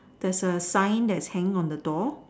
that is a sign that is hanging on the door